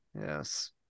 Yes